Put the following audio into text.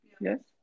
Yes